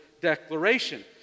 declaration